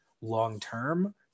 long-term